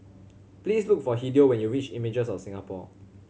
please look for Hideo when you reach Images of Singapore